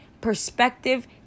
perspective